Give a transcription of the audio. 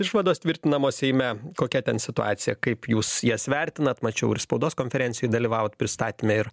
išvados tvirtinamos seime kokia ten situacija kaip jūs jas vertinat mačiau ir spaudos konferencijoj dalyvavot pristatyme ir